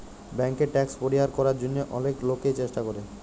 ব্যাংকে ট্যাক্স পরিহার করার জন্যহে অলেক লোকই চেষ্টা করে